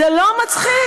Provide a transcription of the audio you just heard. זה לא מצחיק.